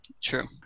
True